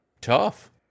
tough